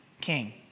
king